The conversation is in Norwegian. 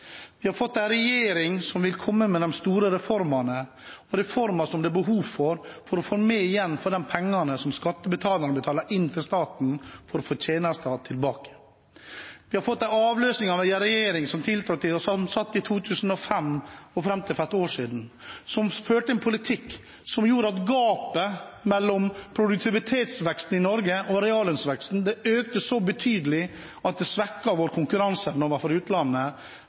Vi har fått en regjering som vil komme med de store reformene, reformer som det er behov for for å få mer igjen for de pengene som skattebetalerne betaler inn til staten for å få tjenester tilbake. Vi har fått en avløsning av en regjering som tiltrådte i 2005 og satt fram til for et år siden, som førte en politikk som gjorde at gapet mellom produktivitetsveksten i Norge og reallønnsveksten økte så betydelig at det svekket vår konkurranseevne overfor utlandet